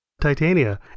Titania